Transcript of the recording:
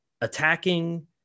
attacking